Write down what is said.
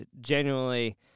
genuinely